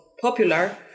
popular